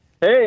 Hey